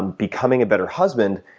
and becoming a better husband,